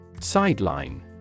Sideline